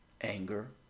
anger